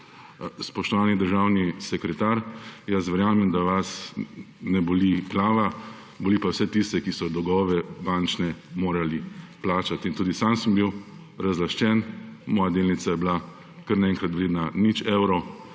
Spoštovani državni sekretar, jaz verjamem, da vas ne boli glava, boli pa vse tiste, ki so dolgove, bančne, morali plačat in tudi sam sem bil razlaščen, moja delnica je bila kar naenkrat vredna nič evrov,